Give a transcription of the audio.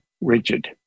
rigid